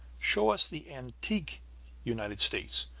show us the antique united states,